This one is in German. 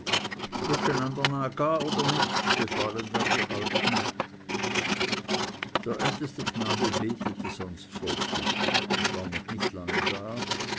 oder nit befahlen dann die alten der älteste knabe betete sonst vor tisch ich war noch nicht lange da